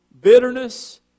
Bitterness